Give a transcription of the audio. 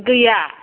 गैया